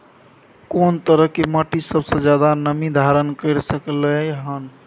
कोन तरह के माटी सबसे ज्यादा नमी धारण कर सकलय हन?